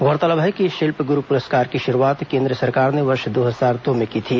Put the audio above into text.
गौरतलब है कि शिल्प गुरू पुरस्कार की शुरूआत केन्द्र सरकार ने वर्ष दो हजार दो में की थी